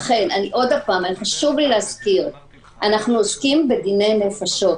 חשוב לי להזכיר שאנחנו עוסקים בדיני נפשות.